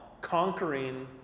conquering